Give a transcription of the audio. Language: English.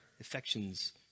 affections